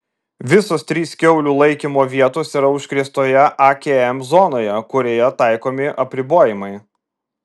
visos trys kiaulių laikymo vietos yra užkrėstoje akm zonoje kurioje taikomi apribojimai